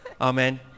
Amen